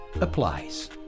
applies